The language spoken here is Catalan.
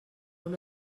una